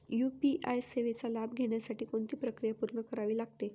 UPI सेवेचा लाभ घेण्यासाठी कोणती प्रक्रिया पूर्ण करावी लागते?